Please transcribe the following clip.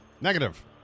Negative